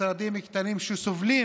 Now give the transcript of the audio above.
משרדים קטנים שסובלים